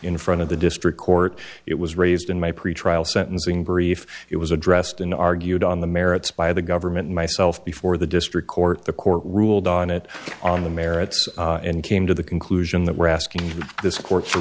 in front of the district court it was raised in my pretrial sentencing brief it was addressed in argued on the merits by the government myself before the district court the court ruled on it on the merits and came to the conclusion that we're asking this court